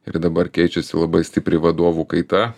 ir dabar keičiasi labai stipri vadovų kaita